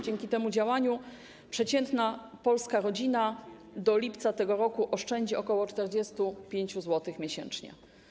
Dzięki temu działaniu przeciętna polska rodzina do lipca tego roku oszczędzi ok. 45 zł miesięcznie.